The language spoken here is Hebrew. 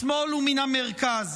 משמאל ומהמרכז,